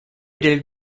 del